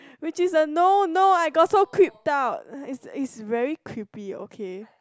which is a no no I got so creep out it's it's very creepy okay